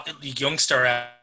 youngster